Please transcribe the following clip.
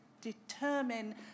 determine